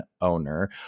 owner